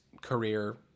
career